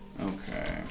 Okay